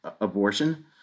abortion